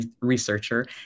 researcher